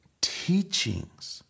teachings